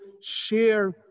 share